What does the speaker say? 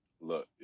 look